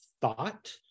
thought